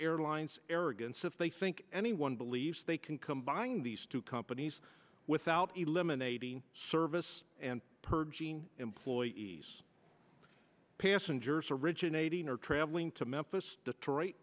airlines arrogance if they think anyone believes they can combine these two companies without eliminating service and purging employees passengers originating or traveling to memphis detroit